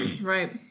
Right